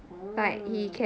mm